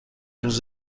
روز